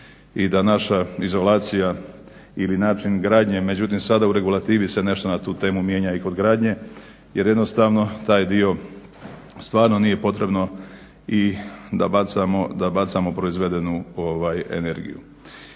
i da naša izolacija ili način gradnje međutim sada u regulativi se nešto na tu temu mijenja i kod gradnje jer jednostavno taj dio stvarno nije potrebno i da bacamo proizvedenu energiju.